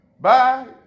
Bye